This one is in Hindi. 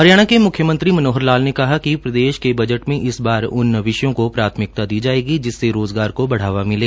हरियाणा के म्ख्यमंत्री श्री मनोहर लाल ने कहा कि प्रदेश के बजट में इस बार उन विषयों को प्राथमिकता दी जायेगी जिनसे रोजगार को बढ़ावा मिले